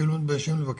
כאילו מתביישים לבקש,